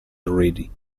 already